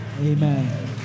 amen